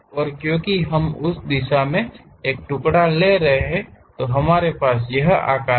और क्योंकि हम उस दिशा में एक टुकड़ा ले रहे हैं हमारे पास यह आकार है